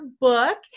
book